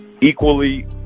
Equally